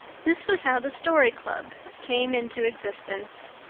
this was how the story club came into existence.